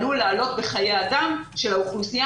עלול לעלות בחיי אדם של האוכלוסייה